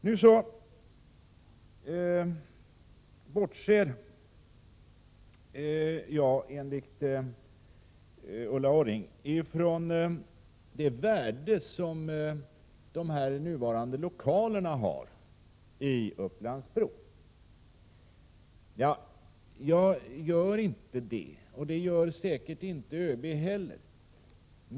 Nu bortser jag, enligt Ulla Orring, ifrån det värde som de nuvarande lokalerna i Upplands Bro kan ha. Nej, det gör jag inte, och det gör säkert inte ÖB heller.